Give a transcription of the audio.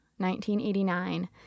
1989